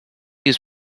use